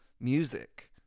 music